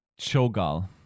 Cho'Gal